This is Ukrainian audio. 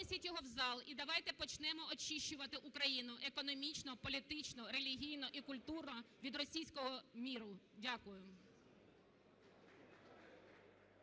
винесіть його в зал, і давайте почнемо очищувати Україну економічно, політично, релігійно і культурно від "російського міру". Дякую.